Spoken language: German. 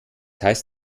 heißt